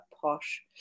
posh